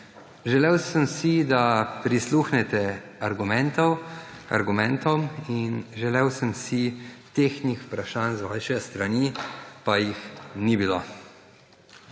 Želel sem si, da prisluhnite argumentom, in želel sem si tehtnih vprašanj z vaše strani, pa njih ni bilo.